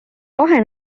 kahe